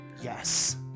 Yes